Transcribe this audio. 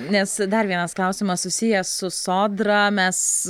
nes dar vienas klausimas susijęs su sodra mes